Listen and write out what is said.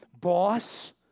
boss